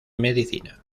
medicina